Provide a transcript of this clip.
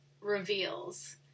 reveals